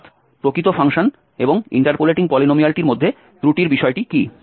অর্থাৎ প্রকৃত ফাংশন এবং ইন্টারপোলেটিং পলিনোমিয়ালটির মধ্যে ত্রুটির বিষয়টি কী